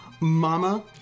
Mama